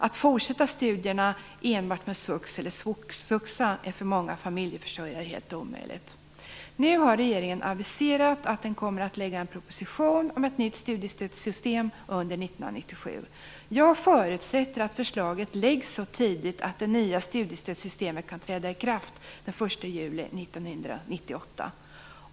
Att fortsätta studierna enbart med svux eller svuxa är för många familjeförsörjare helt omöjligt. Nu har regeringen aviserat att man under 1997 kommer att lägga fram en proposition om ett nytt studiestödssystem. Jag förutsätter att förslaget läggs fram så tidigt att det nya studiestödssystemet kan träda i kraft den 1 juli 1998.